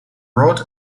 rod